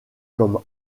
comme